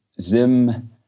zim